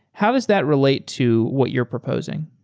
how does that relate to what you're proposing?